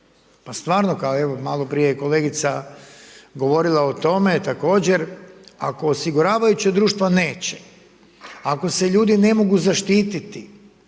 pa stvarno, evo malo prije je kolegica govorila o tome također. Ako osiguravajuća društva neće, ako se ljudi ne mogu zaštiti,